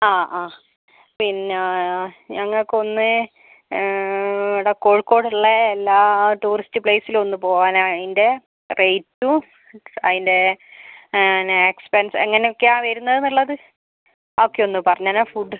ആ ആ പിന്നെ ഞങ്ങൾക്ക് ഒന്ന് ഇവിടെ കോഴിക്കോടുള്ള എല്ലാ ടൂറിസ്റ്റ് പ്ലെയ്സിലും ഒന്ന് പോവാനാണ് അതിന്റെ റേറ്റും അതിന്റെ പിന്നെ എക്സ്പെൻസ് എങ്ങനെയൊക്കെയാണ് വരുന്നത് എന്നുള്ളത് ഒക്കെ ഒന്ന് പറഞ്ഞുതരുമോ ഫുഡ്